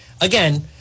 again